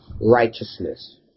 righteousness